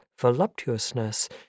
voluptuousness